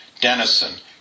Denison